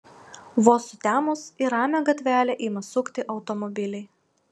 vos sutemus į ramią gatvelę ima sukti automobiliai